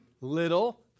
little